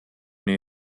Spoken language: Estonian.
nii